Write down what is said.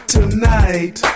Tonight